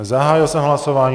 Zahájil jsem hlasování.